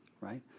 right